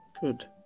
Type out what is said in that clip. good